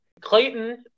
Clayton